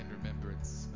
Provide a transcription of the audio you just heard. remembrance